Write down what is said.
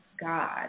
God